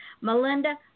Melinda